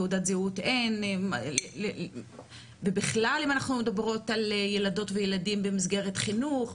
תעודת זהות אין ובכלל אם אנחנו מדברות על ילדות וילדים במסגרת החינוך,